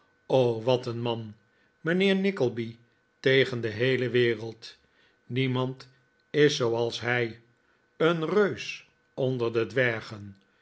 o wat een man mijnheer nickleby tegen de heele wereld niemand is zooals hij een reus onder de dwergen